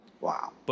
Wow